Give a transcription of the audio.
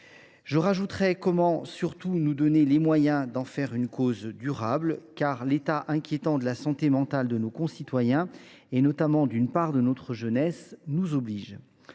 se demander comment nous donner les moyens d’en faire une cause durable, car l’état inquiétant de la santé mentale de nos concitoyens, notamment d’une partie de notre jeunesse, nous oblige